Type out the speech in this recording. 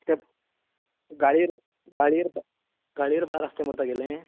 ते गाळयेर गाळयेर गाळयेर बार्र आसा तें मरें तागेलें